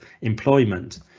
employment